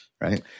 Right